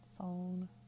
phone